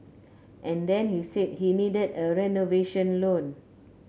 and then he said he needed a renovation loan